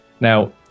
now